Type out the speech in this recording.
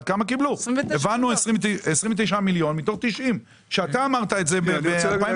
29 מיליון מתוך 90, שאתה אמרת את זה ב-2020.